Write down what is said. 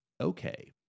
okay